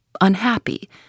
unhappy